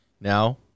Now